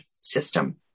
system